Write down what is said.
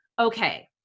okay